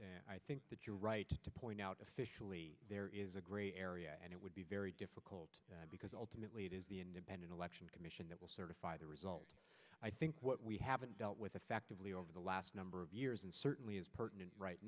that i think that you're right to point out officially there is a gray area and it would be very difficult because ultimately it is the independent election commission that will certify the results i think what we haven't dealt with effectively over the last number of years and certainly is pertinent right